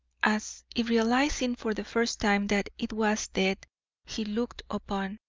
as if realising for the first time that it was death he looked upon,